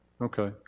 Okay